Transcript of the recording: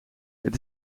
het